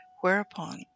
Whereupon